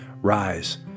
rise